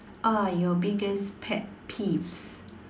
are your biggest pet peeves